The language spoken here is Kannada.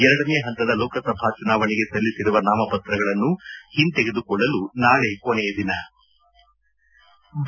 ಎರಡನೇ ಹಂತದ ಲೋಕಸಭಾ ಚುನಾವಣೆಗೆ ಸಲ್ಲಿಸಿರುವ ನಾಮಪತ್ರಗಳನ್ನು ಹಿಂತೆಗೆದುಕೊಳ್ಳಲು ನಾಳೆ ಕೊನೆಯ ದಿನವಾಗಿದೆ